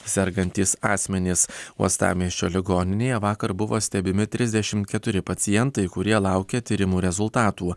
sergantys asmenys uostamiesčio ligoninėje vakar buvo stebimi trisdešim keturi pacientai kurie laukia tyrimų rezultatų